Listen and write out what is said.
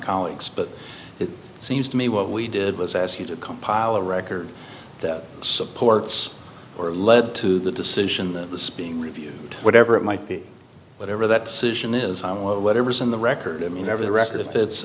colleagues but it seems to me what we did was ask you to compile a record that supports or lead to the decision that was being reviewed whatever it might be whatever that situation is whatever's in the record i mean every record if it's if it's